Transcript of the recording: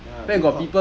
ya